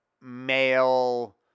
male